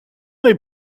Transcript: des